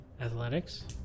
Athletics